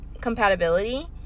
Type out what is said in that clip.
compatibility